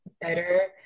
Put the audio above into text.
better